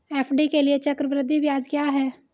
FD के लिए चक्रवृद्धि ब्याज क्या है?